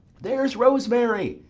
there's rosemary,